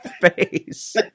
face